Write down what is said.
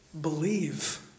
believe